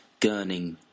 gurning